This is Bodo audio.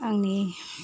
आंनि